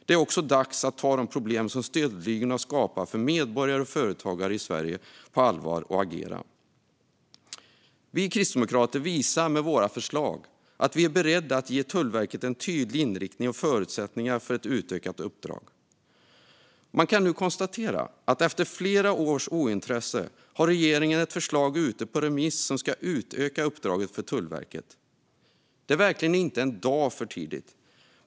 Det är också dags att ta de problem som stöldligorna skapar för medborgare och företagare i Sverige på allvar och agera. Vi kristdemokrater visar med våra förslag att vi är beredda att ge Tullverket en tydlig inriktning och förutsättningar för ett utökat uppdrag. Man kan nu konstatera att efter flera års ointresse har regeringen ett förslag ute på remiss som ska utöka uppdraget för Tullverket. Det är verkligen inte en dag för tidigt.